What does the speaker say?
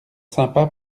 sympa